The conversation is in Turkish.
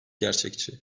gerçekçi